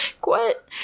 quit